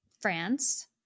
France